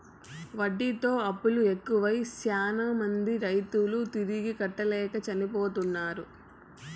వడ్డీతో అప్పులు ఎక్కువై శ్యానా మంది రైతులు తిరిగి కట్టలేక చనిపోతుంటారు